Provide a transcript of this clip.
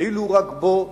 כאילו רק בו נתעסק.